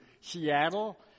Seattle